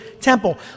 temple